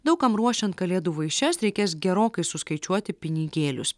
daug kam ruošiant kalėdų vaišes reikės gerokai suskaičiuoti pinigėlius